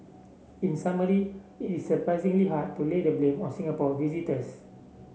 in summary it is surprisingly hard to lay the blame on Singapore visitors